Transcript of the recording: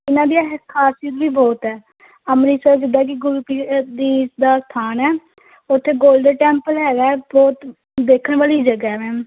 ਇਹਨਾਂ ਦੀਆਂ ਹ ਖਾਸੀਅਤ ਵੀ ਬਹੁਤ ਹੈ ਅੰਮ੍ਰਿਤਸਰ ਜਿੱਦਾਂ ਕਿ ਗੁਰੂ ਪੀਰ ਦੀ ਦਾ ਸਥਾਨ ਹੈ ਉੱਥੇ ਗੋਲਡਨ ਟੈਂਪਲ ਹੈਗਾ ਬਹੁਤ ਦੇਖਣ ਵਾਲੀ ਜਗ੍ਹਾ ਮੈਮ